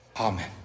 Amen